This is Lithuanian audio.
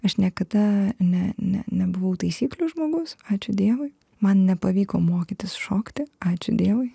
aš niekada ne ne nebuvau taisyklių žmogus ačiū dievui man nepavyko mokytis šokti ačiū dievui